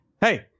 hey